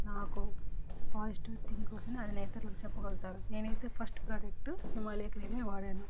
నాకు positive think వస్తేనే అది నేను ఇతరులకు చెప్పగళ్తాను నేనైతే ఫస్ట్ ప్రోడక్టు హిమాలయా క్రీమే వాడాను